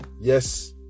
Yes